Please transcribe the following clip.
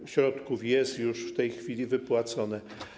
3/4 środków jest już w tej chwili wypłacone.